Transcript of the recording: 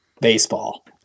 baseball